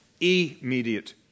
immediate